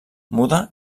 muda